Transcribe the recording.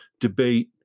debate